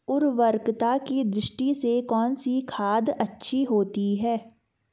उर्वरकता की दृष्टि से कौनसी खाद अच्छी होती है?